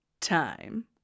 time